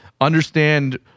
understand